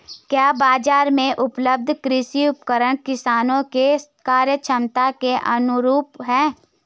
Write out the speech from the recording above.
क्या बाजार में उपलब्ध कृषि उपकरण किसानों के क्रयक्षमता के अनुरूप हैं?